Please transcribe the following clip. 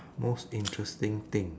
most interesting thing